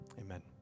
Amen